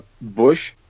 Bush